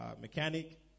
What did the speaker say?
mechanic